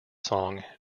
song